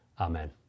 Amen